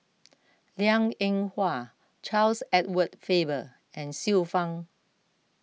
Liang Eng Hwa Charles Edward Faber and Xiu Fang